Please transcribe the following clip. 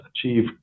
achieve